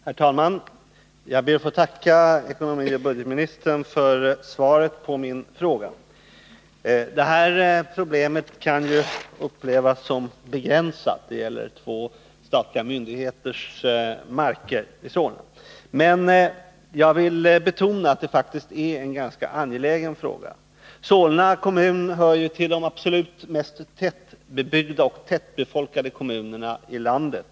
Herr talman! Jag ber att få tacka ekonomioch budgetministern för svaret på min fråga. Det här problemet kan upplevas som begränsat. Det gäller alltså två statliga myndigheters marker i Solna. Men jag vill betona att det faktiskt är en ganska angelägen fråga. Solna kommun hör till de absolut mest tätbebyggda och tätbefolkade kommunerna i landet.